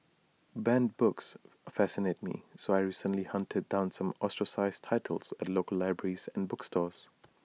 banned books fascinate me so I recently hunted down some ostracised titles at local libraries and bookstores